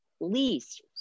least